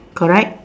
correct